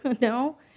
No